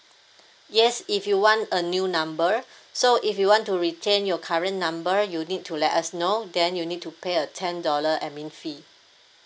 yes if you want a new number so if you want to retain your current number you need to let us know then you need to pay a ten dollar admin fee